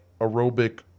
aerobic